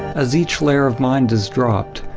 as each layer of mind is dropped,